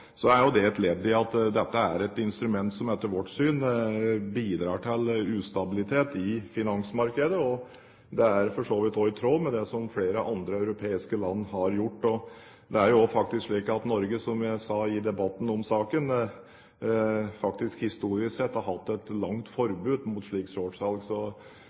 er det et ledd i at dette er et instrument som etter vårt syn bidrar til ustabilitet i finansmarkedet, og det er for så vidt også i tråd med det som flere andre europeiske land har gjort. Det er jo også faktisk slik at Norge – som jeg sa i debatten om saken – historisk sett har hatt et langt forbud mot slikt shortsalg. Så